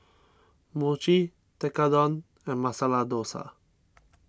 Mochi Tekkadon and Masala Dosa